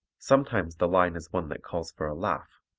sometimes the line is one that calls for a laugh.